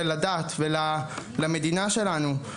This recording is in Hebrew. לדת ולמדינה שלנו.